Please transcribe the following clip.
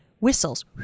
whistles